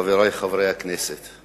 חברי חברי הכנסת,